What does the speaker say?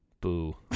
Boo